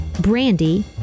brandy